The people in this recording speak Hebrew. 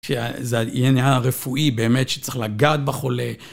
זה העניין הרפואי באמת שצריך לגעת בחולה.